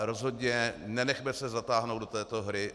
Rozhodně se nenechme zatáhnout do této hry.